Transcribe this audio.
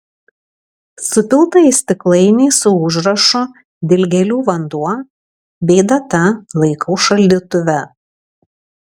supiltą į stiklainį su užrašu dilgėlių vanduo bei data laikau šaldytuve